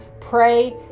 Pray